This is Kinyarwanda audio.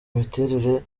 miterere